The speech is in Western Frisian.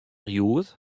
hjoed